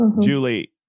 Julie